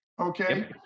okay